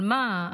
על מה?